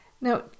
Now